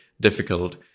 difficult